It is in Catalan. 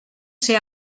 ser